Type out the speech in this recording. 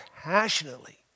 passionately